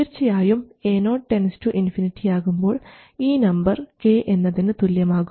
തീർച്ചയായും Ao ∞ ആകുമ്പോൾ ഈ നമ്പർ k എന്നതിന് തുല്യമാകും